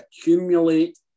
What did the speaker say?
accumulate